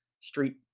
street